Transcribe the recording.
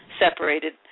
separated